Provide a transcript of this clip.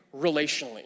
relationally